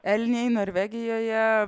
elniai norvegijoje